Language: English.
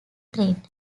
thread